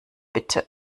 bitte